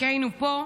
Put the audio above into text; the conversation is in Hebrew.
כי היינו פה,